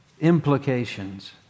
implications